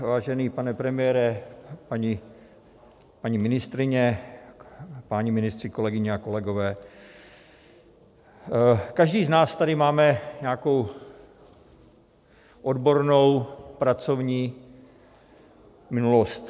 Vážený pane premiére, paní ministryně, páni ministři, kolegyně a kolegové, každý z nás tady máme nějakou odbornou pracovní minulost.